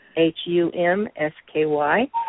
H-U-M-S-K-Y